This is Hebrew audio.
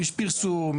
יש פרסום,